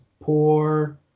poor